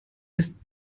ist